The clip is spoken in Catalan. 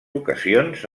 ocasions